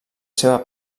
seva